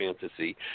fantasy